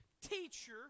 Teacher